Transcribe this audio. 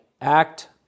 act